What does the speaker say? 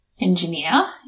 engineer